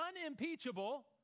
unimpeachable